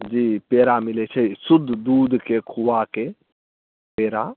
जी पेड़ा मिलैत छै शुद्ध दूधके खोआके पेड़ा